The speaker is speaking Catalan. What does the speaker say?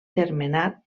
termenat